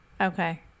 Okay